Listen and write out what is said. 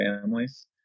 families